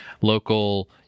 local